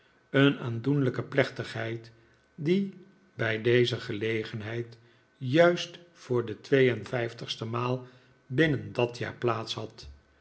een aandoenlijke plechtigheid die bij deze gelegenheid juist voor de twee en vijftigste maal binnen dat jaar plaats had